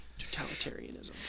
Totalitarianism